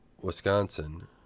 Wisconsin